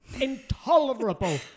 Intolerable